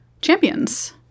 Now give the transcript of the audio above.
Champions